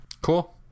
cool